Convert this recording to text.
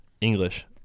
English